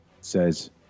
says